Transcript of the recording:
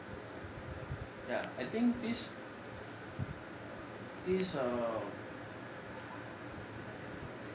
ya I think this this err